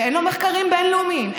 אין לו מחקרים בין-לאומיים,